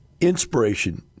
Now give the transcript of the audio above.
inspiration